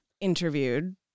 interviewed